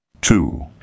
Two